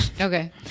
Okay